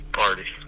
party